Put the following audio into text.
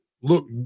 look